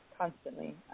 constantly